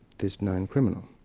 this known criminal.